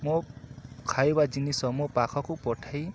ମୋ ଖାଇବା ଜିନିଷ ମୋ ପାଖକୁ ପଠାଇ